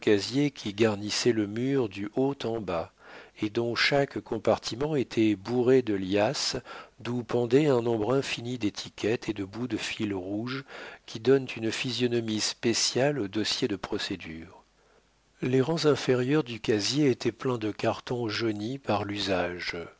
qui garnissait le mur du haut en bas et dont chaque compartiment était bourré de liasses d'où pendaient un nombre infini d'étiquettes et de bouts de fil rouge qui donnent une physionomie spéciale aux dossiers de procédure les rangs inférieurs du casier étaient pleins de cartons jaunis par l'usage